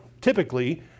typically